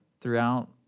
throughout